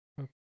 Okay